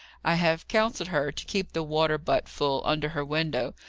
i have counselled her to keep the water-butt full, under her window,